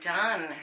done